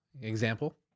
Example